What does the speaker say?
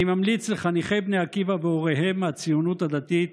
אני ממליץ לחניכי בני עקיבא והוריהם מהציונות הדתית